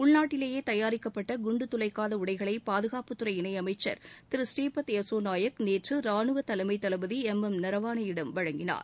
உள்நாட்டிலேயே தயாரிக்கப்பட்ட குண்டு துளைக்காத உடைகளை பாதுகாப்புத்துறை இணையமைச்சர் திரு ஸ்ரீபத் யெசோ நாயக் நேற்று ராணுவ தலைமை தளபதி எம் எம் நரவானேயிடம் வழங்கினார்